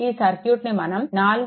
ఈ సర్క్యూట్ని మనం 4